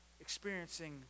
experiencing